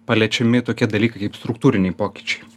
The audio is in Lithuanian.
paliečiami tokie dalykai kaip struktūriniai pokyčiai